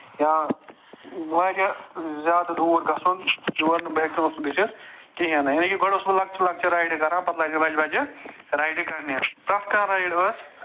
یا واریاہ زیادٕ دوٗر گژھُن یور نہٕ بہٕ ہٮ۪کہٕ گژھِتھ کِہیٖنٛۍ نہٕ یعنی کہِ گۄڈٕ اوسُس بہٕ لۄکچہِ لۄکچہِ رایڈٕ کَران پَتہٕ بَجہِ بَجہِ رایڈِنٛگ کَرنہِ پرٛتھ کانہہ رایِڈ ٲس